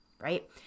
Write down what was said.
right